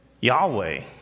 Yahweh